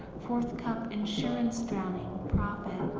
four cup insurance drowning, profit.